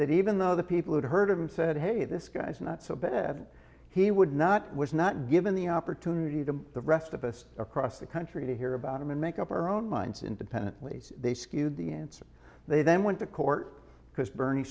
that even though the people who'd heard of him said hey this guy's not so bad he would not was not given the opportunity to the rest of us across the country to hear about him and make up our own minds independently they skewed the answer they then went to court because bernie